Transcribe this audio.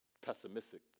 pessimistic